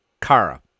Kara